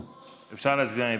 אפשר להצביע מפה,